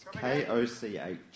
K-O-C-H